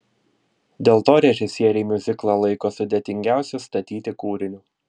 dėl to režisieriai miuziklą laiko sudėtingiausiu statyti kūriniu